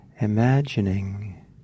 imagining